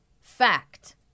fact